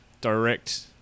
direct